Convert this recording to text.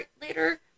later